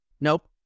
Nope